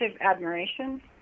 admiration